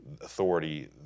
authority